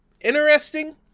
interesting